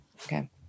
Okay